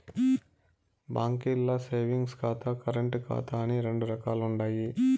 బాంకీల్ల సేవింగ్స్ ఖాతా, కరెంటు ఖాతా అని రెండు రకాలుండాయి